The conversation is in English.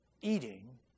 eating